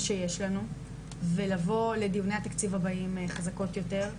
שיש לנו ולבוא לדיוני התקציב הבאים חזקות יותר.